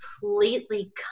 completely